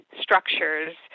structures